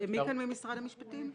מי כאן ממשרד המשפטים?